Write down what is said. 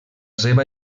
seva